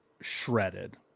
shredded